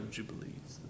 Jubilees